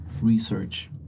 research